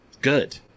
Good